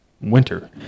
winter